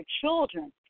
children